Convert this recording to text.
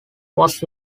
was